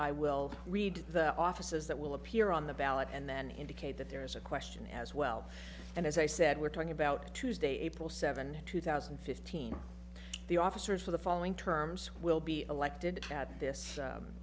i will read the offices that will appear on the ballot and then indicate that there is a question as well and as i said we're talking about tuesday april seven two thousand and fifteen the officers for the following terms will be elected had this